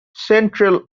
central